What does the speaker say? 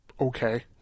okay